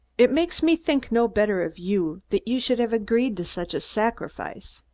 it makes me think no better of you, that you should have agreed to such a sacrifice.